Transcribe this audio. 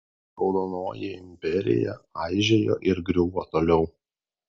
raudonoji imperija aižėjo ir griuvo toliau